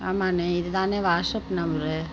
ஆமாண்ணே இதுதான் அண்ணே வாஷப் நம்பரு